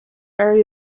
are